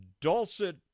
dulcet